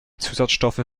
zusatzstoffe